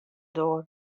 doar